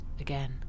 again